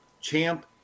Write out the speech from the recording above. Champ